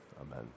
Amen